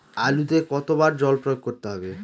আলুতে কতো বার জল প্রয়োগ করতে হবে?